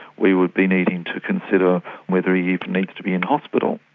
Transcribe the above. we would be needing to consider whether he even needs to be in hospital.